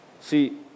See